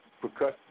Percussion